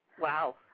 Wow